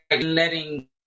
letting